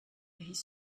his